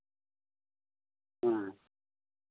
ᱦᱮᱸ